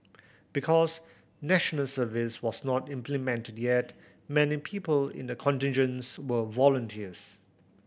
because National Service was not implemented yet many people in the contingents were volunteers